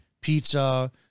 pizza